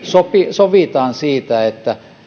sovitaan